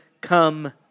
Come